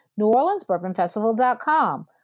neworleansbourbonfestival.com